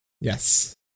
Yes